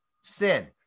sin